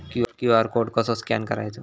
QR code कसो scan करायचो?